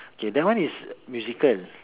okay that one is musical